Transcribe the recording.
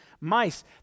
mice